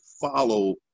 follow